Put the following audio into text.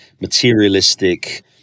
materialistic